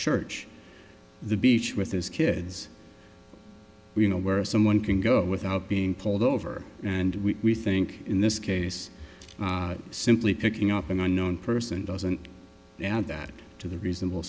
church the beach with his kids we know where someone can go without being pulled over and we think in this case simply picking up an unknown person doesn't add that to the reasonable